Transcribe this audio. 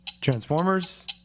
Transformers